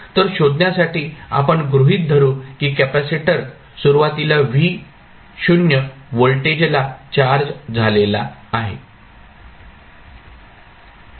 तर शोधण्यासाठी आपण गृहित धरू की कॅपेसिटर सुरुवातीला Vo व्होल्टेजला चार्ज झालेले आहे